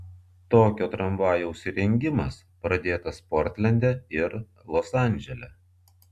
tokio tramvajaus įrengimas pradėtas portlende ir los andžele